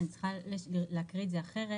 אני צריכה להקריא את זה אחרת,